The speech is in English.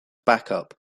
backup